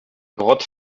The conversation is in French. grotte